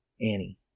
Annie